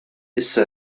issa